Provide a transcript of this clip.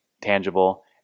tangible